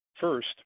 First